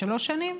שלוש שנים?